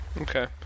okay